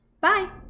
Bye